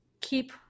keep